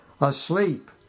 asleep